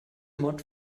mod